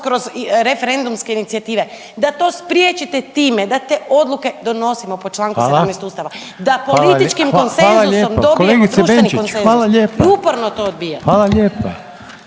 kroz referendumske inicijative, da to spriječite time da te odluke donosimo po Članku 17. …/Upadica: Hvala./… Ustava, da političkim konsenzusom dobijemo društveni konsenzus …/Upadica: Hvala lijepa,